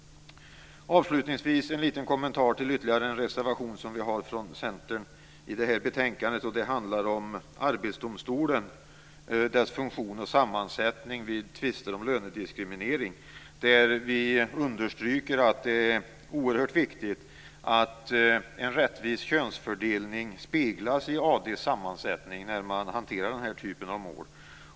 Avslutningsvis en liten kommentar till ytterligare en reservation från Centern till det här betänkandet. Det handlar om Arbetsdomstolen, dess funktion och sammansättning vid tvister om lönediskriminering. Vi understryker att det är oerhört viktigt att en rättvis könsfördelning speglas i AD:s sammansättning när man hanterar den här typen av mål.